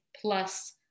plus